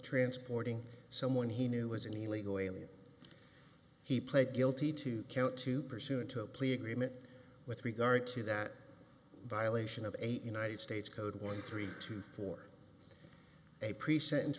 transporting someone he knew was an illegal alien he pled guilty to count two pursuant to a plea agreement with regard to that violation of eight united states code one three two for a pre sentence